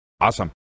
Awesome